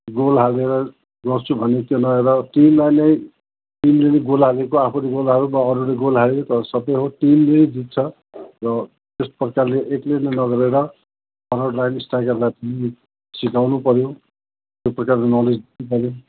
goal हालेर गर्छु भन्ने त्यो नहेरेर टीमलाई नै टीमले नै गोल हालेको आफूले गोल हालेको वा अरूले गोल हाल्यो तर सबै हो टीमले नै जित्छ र यस प्रकारले एकलैले नगरेर फर्वार्डलाई स्ट्राइकरलाई पनि सिकाउनु पऱ्यो यो प्रकारको नलेज सिकायो